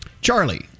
Charlie